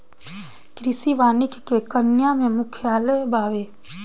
कृषि वानिकी के केन्या में मुख्यालय बावे